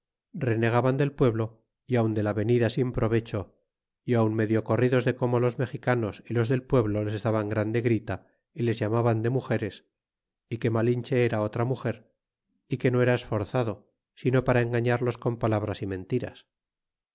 renegaban del pueblo y aun de la venida sin provecho y aun medio corridos de como los mexicanos y los del pueblo les daban grande grita y les llamaban de mugeres é que malinche era otra muger y que no era esforzado sino para engañarles con palabras y mentiras